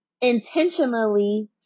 intentionally